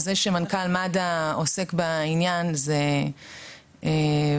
זה שמנכ"ל מד"א עוסק בעניין זאת ברכה.